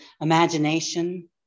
imagination